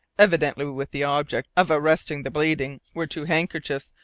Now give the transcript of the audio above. evidently with the object of arresting the bleeding, were two handkerchiefs,